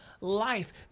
life